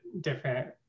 different